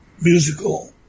musical